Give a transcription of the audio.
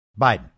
Biden